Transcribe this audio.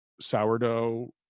sourdough